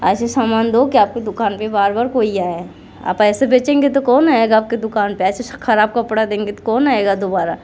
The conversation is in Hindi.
ऐसे सामान दो कि आपके दुकान पे बार बार कोई आए आप ऐसे बेचेंगे तो कौन आएगा आपकी दुकान पे ऐसे खराब कपड़ा देंगे तो कौन आएगा दोबारा